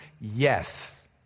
yes